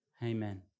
Amen